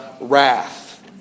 wrath